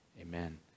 Amen